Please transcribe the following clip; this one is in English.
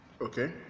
Okay